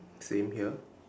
same here